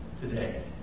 today